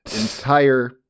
entire